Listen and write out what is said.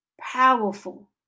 powerful